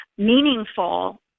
meaningful